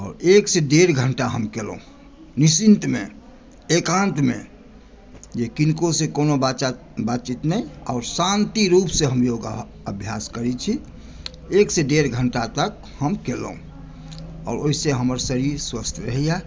आओर एक से डेढ़ घण्टा हम केलहुँ निश्चिन्तमे एकान्तमे जे किनको से कोनो बातचीत नहि आओर शान्ति रुपसे हम योगाभ्यास करै छी एक से डेढ़ घण्टा तक हम केलहुँ आओर ओहिसॅं हमर शरीर स्वस्थ्य रहैया